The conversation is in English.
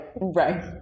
right